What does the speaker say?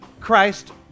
Christ